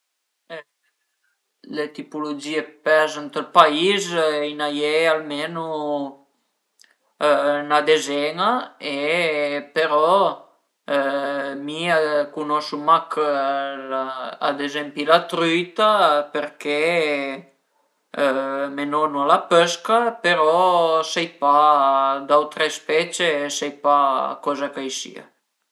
Le tipulugìe dë pes ënt ël pais a i ën ie almenu 'na dezen-a e però mi cunosu mach ad ezempi la trüita perché me nonu a la pësca però sai pa d'autre specie sai pa coza ch'a i sia